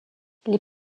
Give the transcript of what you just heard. les